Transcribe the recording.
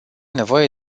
nevoie